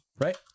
right